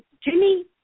Jimmy